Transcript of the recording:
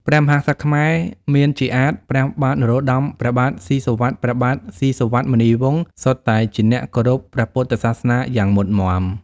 ព្រះមហាក្សត្រខ្មែរ មានជាអាទិ៍ ព្រះបាទនរោត្តម ព្រះបាទស៊ីសុវត្ថិ ព្រះបាទ ស៊ីសុវត្ថិមុនីវង្ស សុទ្ធតែជាអ្នកគោរពព្រះពុទ្ធសាសនាយ៉ាងមុតមាំ ។